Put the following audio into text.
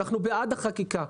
אנחנו בעד החקיקה,